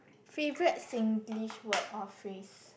favourite Singlish word or phrase